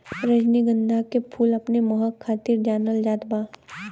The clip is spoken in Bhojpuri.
रजनीगंधा के फूल अपने महक खातिर जानल जात बा